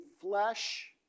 flesh